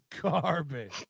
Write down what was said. garbage